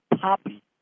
Poppy